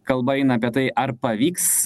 kalba eina apie tai ar pavyks